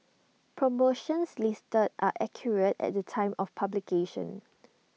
promotions listed are accurate at the time of publication